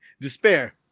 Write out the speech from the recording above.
Despair